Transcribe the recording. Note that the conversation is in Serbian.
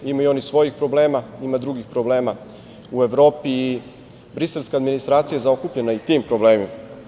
Imaju oni svojih problema, ima drugih problema u Evropi i briselska administracija je zaokupljena i tim problemima.